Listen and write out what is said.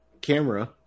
Camera